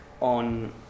on